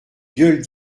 gueule